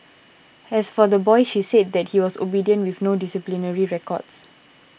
and as for the boy she said that he was obedient with no disciplinary records